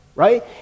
Right